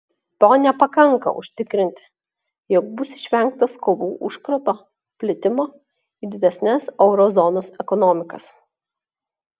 to nepakanka užtikrinti jog bus išvengta skolų užkrato plitimo į didesnes euro zonos ekonomikas